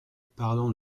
parlant